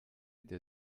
der